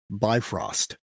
Bifrost